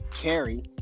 Carrie